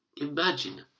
imagine